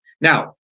Now